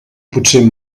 potser